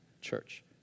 church